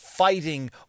fighting